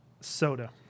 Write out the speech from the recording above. soda